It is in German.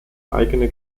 eigene